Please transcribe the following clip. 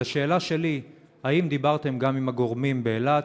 אז השאלה שלי היא: האם דיברתם גם עם הגורמים באילת?